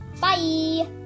bye